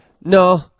No